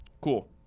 cool